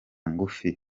ngufi